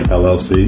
llc